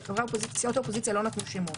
כי סיעות האופוזיציה לא נתנו שמות.